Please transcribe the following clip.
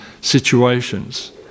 situations